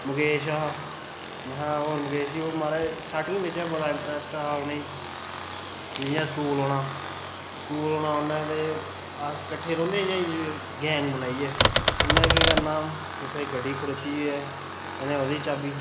मुकेश हा में महां होर मुकेश जी ओह् महाराज स्टाटिंग च गै बड़ा इंटरेस्ट हा उनेंगी जियां स्कूल औना स्कूल औना उन्नै ते अस किट्ठे रौंह्दे इयां गैंग बनाइयै उन्नै केह् करना कुसै दी गड्डी खड़ोती दी होऐ कदें ओह्दी चाबी